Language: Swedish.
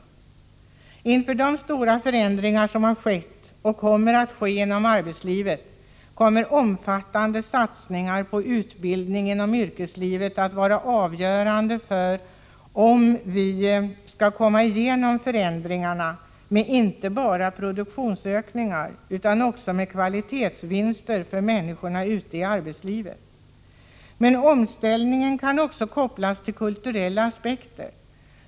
Med hänsyn till de stora förändringar som har skett och som kommer att ske inom arbetslivet är omfattande satsningar på utbildning inom yrkeslivet avgörande för om vi skall komma igenom förändringarna med inte bara produktionsökningar utan också kvalitetsvinster för människorna ute på arbetsplatserna. Men omställningen kan också kopplas till kulturella aspekter.